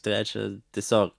trečia tiesiog